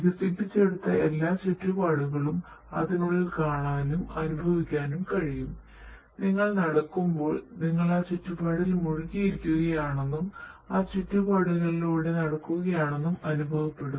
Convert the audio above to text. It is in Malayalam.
വികസിപ്പിച്ചെടുത്ത എല്ലാ ചുറ്റുപാടുകളും അതിനുള്ളിൽ കാണാനും അനുഭവിക്കാനും കഴിയും നിങ്ങൾ നടക്കുമ്പോൾ നിങ്ങൾ ആ ചുറ്റുപാടിൽ മുഴുകിയിരിക്കുകയാണെന്നും ആ ചുറ്റുപാടിലൂടെ നടക്കുകയാണെന്നും അനുഭവപ്പെടും